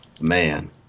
man